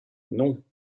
non